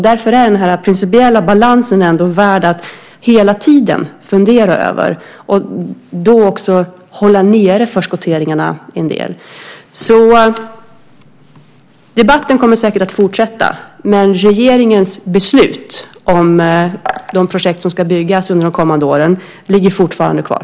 Därför är den här principiella balansen värd att hela tiden fundera över - och då också hålla nere förskotteringarna en del. Debatten kommer alltså säkert att fortsätta, men regeringens beslut om de projekt som ska byggas under de kommande åren ligger fortfarande kvar.